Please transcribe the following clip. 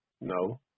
No